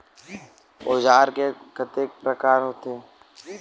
औजार के कतेक प्रकार होथे?